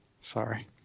Sorry